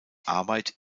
arbeit